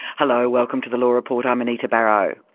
hello, welcome to the law report, i'm anita barraud.